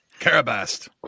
Carabast